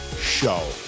Show